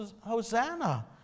Hosanna